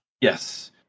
Yes